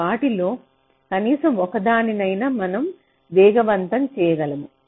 వాటిలో కనీసం ఒకదానినైనా మనం వేగవంతం చేయగలము